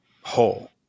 whole